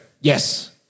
Yes